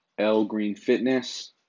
lgreenfitness